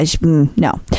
No